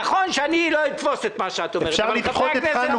נכון שאני לא אתפוס את מה שאת אומרת אבל חברי הכנסת?